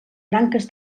branques